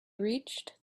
reached